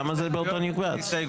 למה זה באותו מקבץ?